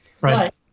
Right